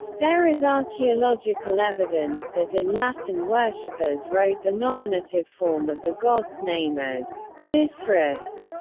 there is archaeological evidence that in latin worshippers wrote the nominative form of the god's name as mithras.